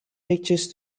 pictures